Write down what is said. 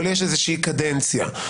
אבל יש איזושהי קדנציה.